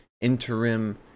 Interim